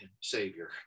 Savior